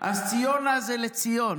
אז "ציונה" זה לציון.